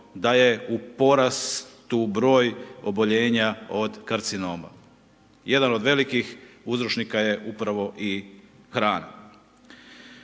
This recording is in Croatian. da je u porastu broj oboljenja od karcinoma. Jedan ov velikih uzročnika je upravo i hrana.